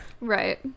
Right